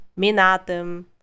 Minatum